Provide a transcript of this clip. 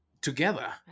together